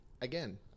Again